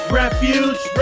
refuge